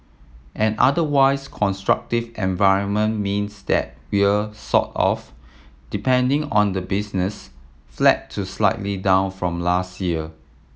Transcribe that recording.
an otherwise constructive environment means that we're sort of depending on the business flat to slightly down from last year